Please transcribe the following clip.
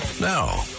Now